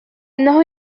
إنه